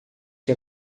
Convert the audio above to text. que